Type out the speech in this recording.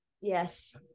yes